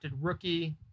rookie